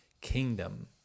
kingdom